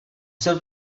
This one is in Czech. jsem